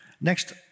Next